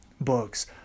books